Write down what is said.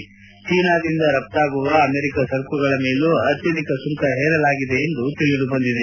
ಅಲ್ಲದೆ ಚೀನಾದಿಂದ ರಫ್ತಾಗುವ ಅಮೆರಿಕ ಸರಕುಗಳ ಮೇಲೂ ಅತ್ಲಧಿಕ ಸುಂಕ ಹೇರಲಾಗಿದೆ ಎಂದು ತಿಳಿದುಬಂದಿದೆ